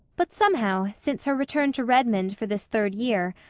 but, somehow, since her return to redmond for this third year,